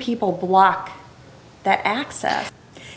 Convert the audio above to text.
people block that access